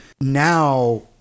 now